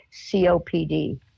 COPD